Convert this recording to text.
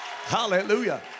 Hallelujah